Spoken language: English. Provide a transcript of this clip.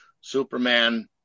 Superman